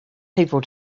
people